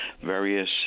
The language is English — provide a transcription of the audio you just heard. various